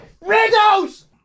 Riddles